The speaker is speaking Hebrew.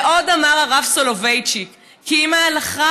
ועוד אמר הרב סולובייצ'יק כי אם ההלכה